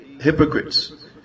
hypocrites